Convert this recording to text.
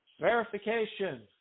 verification